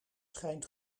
schijnt